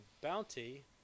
bounty